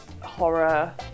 horror